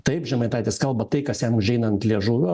taip žemaitaitis kalba tai kas jam užeina ant liežuvio